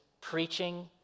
preaching